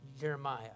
Jeremiah